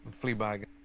Fleabag